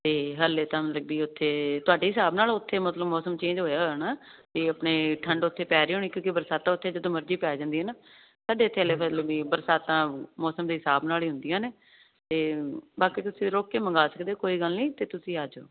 ਹਾਲੇ ਤਾਂ ਲੱਗੀ ਉਥੇ ਤੁਹਾਡੇ ਹਿਸਾਬ ਨਾਲ ਉਥੇ ਮਤਲਬ ਮੌਸਮ ਚੇਂਜ ਹੋਇਆ ਹ ਨਾ ਇਹ ਆਪਣੇ ਠੰਡ ਉਥੇ ਪੈਰੀ ਹੋਣੀ ਕਿਉਂਕਿ ਬਰਸਾਤ ਉਥੇ ਜਦੋਂ ਮਰਜੀ ਪੈ ਜਾਂਦੀ ਐ ਨਾ ਸਾਡੇ ਤੇ ਬਰਸਾਤਾਂ ਮੌਸਮ ਦੇ ਹਿਸਾਬ ਨਾਲ ਹੀ ਹੁੰਦੀਆਂ ਨੇ ਤੇ ਬਾਕੀ ਤੁਸੀਂ ਰੋਕ ਕੇ ਮੰਗਾ ਸਕਦੇ ਕੋਈ ਗੱਲ ਨਹੀਂ ਤੇ ਤੁਸੀਂ ਆਜੋ ਕੋਈ ਗੱਲ ਨਹੀਂ